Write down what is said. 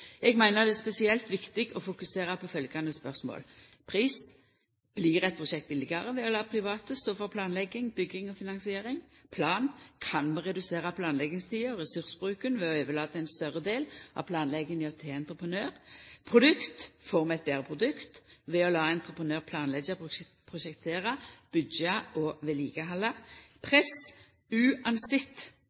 Eg meiner det er spesielt viktig å fokusera på følgjande spørsmål: Pris: Blir eit prosjekt billegare ved å la private stå for planlegging, bygging og finansiering? Plan: Kan vi redusera planleggingstida og ressursbruken ved å overlata ein større del av planlegginga til entreprenør? Produkt: Får vi eit betre produkt ved å la entreprenør planleggja, prosjektera, byggja og vedlikehalda? Press: